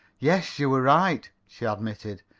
yes, you were right, she admitted.